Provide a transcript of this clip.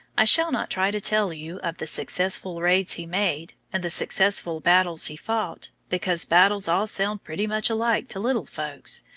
i shall not try to tell you of the successful raids he made, and the successful battles he fought, because battles all sound pretty much alike to little folks,